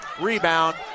Rebound